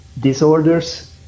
disorders